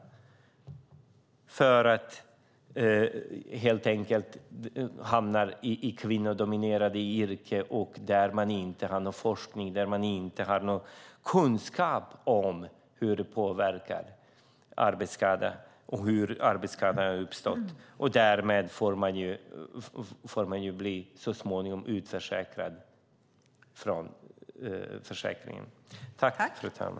De har helt enkelt hamnat i kvinnodominerade yrken där man inte har någon forskning eller kunskap om arbetsskadans påverkan och hur arbetsskadan har uppstått. Därmed får de så småningom bli utförsäkrade.